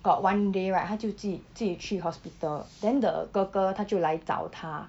got one day right 她就自己自己去 hospital then the 哥哥他就来找她